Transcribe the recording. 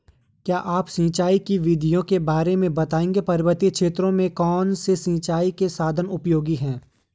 क्या आप सिंचाई की विधियों के बारे में बताएंगे पर्वतीय क्षेत्रों में कौन से सिंचाई के साधन उपयोगी हैं?